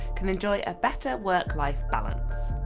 can enjoy a better work-life balance.